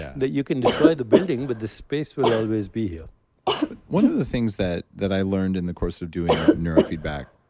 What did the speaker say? that you can destroy the building, but the space will always be here but one of the things that that i learned in the course of doing neurofeedback,